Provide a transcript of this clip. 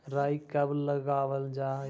राई कब लगावल जाई?